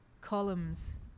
columns